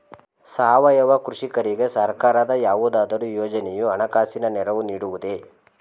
ಸಾವಯವ ಕೃಷಿಕರಿಗೆ ಸರ್ಕಾರದ ಯಾವುದಾದರು ಯೋಜನೆಯು ಹಣಕಾಸಿನ ನೆರವು ನೀಡುವುದೇ?